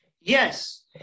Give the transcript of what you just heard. Yes